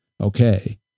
Okay